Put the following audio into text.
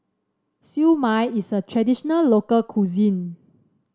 Siew Mai is a traditional local cuisine